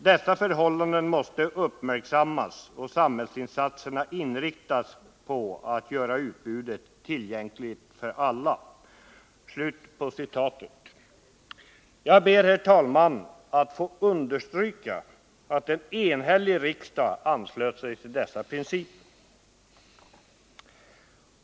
Dessa förhållanden måste uppmärksammas och samhällsinsatserna inriktas på att göra utbudet tillgängligt för alla.” Jag ber, herr talman, att få understryka att en enhällig riksdag anslöt sig till dessa principer.